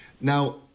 now